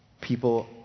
people